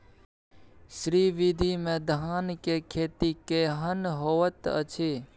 श्री विधी में धान के खेती केहन होयत अछि?